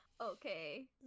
Okay